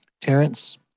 Terrence